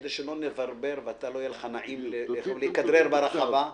כדי שלא נברבר ולא יהיה לך נעים לכדרר ברחבה,